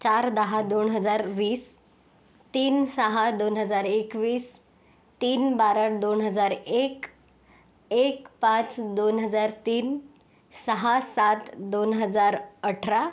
चार दहा दोन हजार वीस तीन सहा दोन हजार एकवीस तीन बारा दोन हजार एक एक पाच दोन हजार तीन सहा सात दोन हजार अठरा